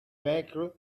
bakery